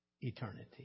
eternity